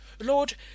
Lord